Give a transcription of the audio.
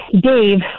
Dave